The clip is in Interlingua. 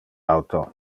auto